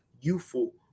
youthful